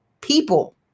people